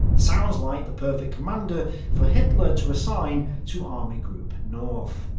sounds like the perfect commander for hitler to assign to army group north.